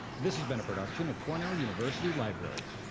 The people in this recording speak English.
this has been a production of cornell university library.